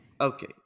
Okay